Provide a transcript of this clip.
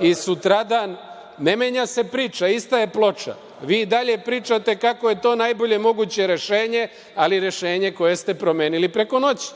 i sutradan ne menja se priča, ista je ploča. Vi i dalje pričate kako je to najbolje moguće rešenje, ali rešenje koje ste promenili preko noći.